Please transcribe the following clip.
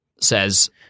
says